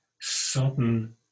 sudden